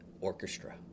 orchestra